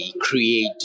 create